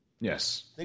Yes